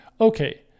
Okay